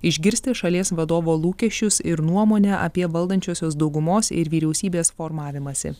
išgirsti šalies vadovo lūkesčius ir nuomonę apie valdančiosios daugumos ir vyriausybės formavimąsi